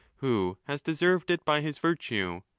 who has deserved it by his virtue,